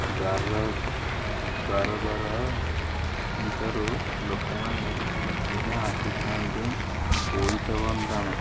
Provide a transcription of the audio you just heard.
ଦ୍ୱାର ଦୂରଦୂରାନ୍ତରୁ ଲୋକମାନେ ମଧ୍ୟ ଆସିଥାନ୍ତି ବୋଇତ ବନ୍ଦାଣ